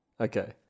Okay